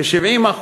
כ-70%,